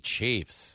Chiefs